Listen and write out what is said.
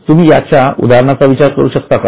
तुम्ही याच्या उदाहरणाचा विचार करू शकता का